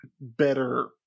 better